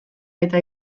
eta